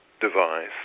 device